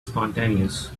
spontaneous